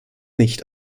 nicht